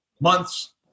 months